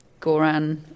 Goran